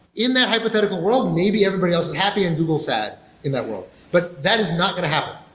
in that hypothetical world, maybe everybody else is happy and google sad in that world. but that is not going to happen.